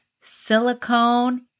Silicone